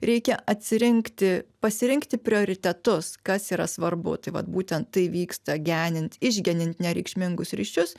reikia atsirinkti pasirinkti prioritetus kas yra svarbu tai vat būtent tai vyksta genint išgenint reikšmingus ryšius